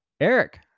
Eric